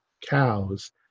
cows